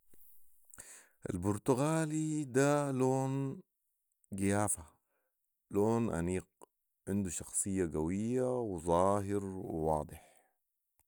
البرتقالي ده لون قيافه لون انيق عنده شخصيه قويه وظاهر وواضح